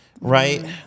right